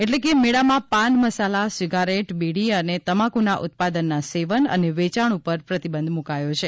એટલે કે મેળામાં પાન મસાલા સીગારેટ બીડી અને તમાકુના ઉત્પાદનના સેવન અને વેચાણ પર પ્રતિબંધ મુકાયો છે